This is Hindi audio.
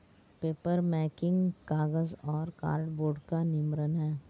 पेपरमेकिंग कागज और कार्डबोर्ड का निर्माण है